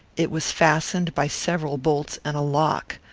it was fastened by several bolts and a lock.